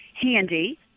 handy